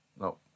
no